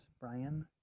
Brian